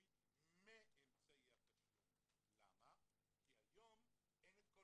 יידע איך לאתר את המקומות שבהם אין הגנה